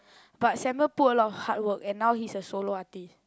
but Samuel put a lot of hard work and now he's a solo artiste